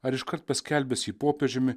ar iškart paskelbęs jį popiežiumi